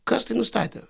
kas tai nustatė